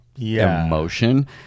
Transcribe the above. emotion